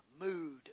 mood